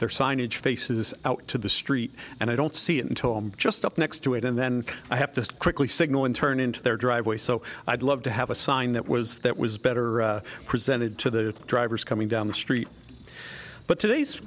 their signage faces out to the street and i don't see it until i'm just up next to it and then i have to quickly signal and turn into their driveway so i'd love to have a sign that was that was better presented to the drivers coming down the street but today's